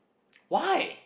why